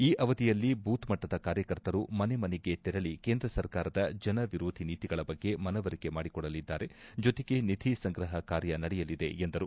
ಈ ಅವಧಿಯಲ್ಲಿ ಬೂತ್ಮಟ್ಲದ ಕಾರ್ಯಕರ್ತರು ಮನೆಮನೆಗೆ ತೆರಳಿ ಕೇಂದ್ರ ಸರ್ಕಾರದ ಜನ ವಿರೋಧಿ ನೀತಿಗಳ ಬಗ್ಗೆ ಮನವರಿಕೆ ಮಾಡಿಕೊಡಲಿದ್ದಾರೆ ಜೊತೆಗೆ ನಿಧಿ ಸಂಗ್ರಹ ಕಾರ್ಯ ನಡೆಯಲಿದೆ ಎಂದರು